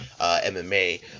MMA